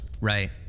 Right